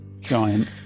Giant